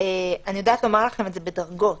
אני יודעת לומר לכם את זה בדרגות